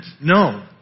No